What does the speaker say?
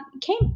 came